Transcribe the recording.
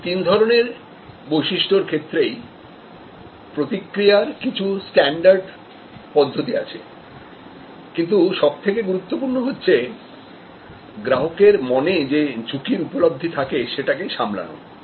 এই তিন ধরনের বৈশিষ্ট্যর ক্ষেত্রেই প্রতিক্রিয়ার কিছু স্ট্যান্ডার্ডপদ্ধতি আছে কিন্তু সব থেকে গুরুত্বপূর্ণ হচ্ছে গ্রাহকের মনে যেঝুঁকির উপলব্ধি থাকে সেটাকে সামলানো